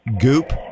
Goop